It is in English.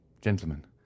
gentlemen